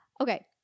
Okay